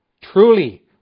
Truly